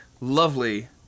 lovely